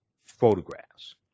photographs